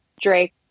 Drake